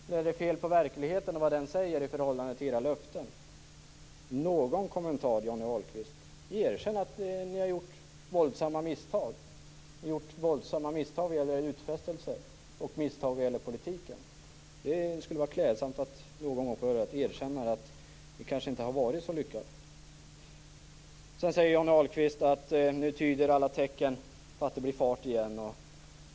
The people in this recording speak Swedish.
Eller är det fel på verkligheten och vad den säger i förhållande till era löften? Ge någon kommentar till detta, Johnny Ahlqvist! Erkänn att ni har gjort våldsamma misstag i era utfästelser och när det gäller politiken! Det skulle vara klädsamt om ni någon gång kunde erkänna att det kanske inte har varit så lyckat. Sedan säger Johnny Ahlqvist att alla tecken tyder på att det blir fart igen.